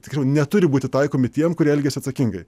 tiksliau neturi būti taikomi tiem kurie elgiasi atsakingai